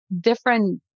Different